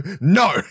No